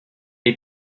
est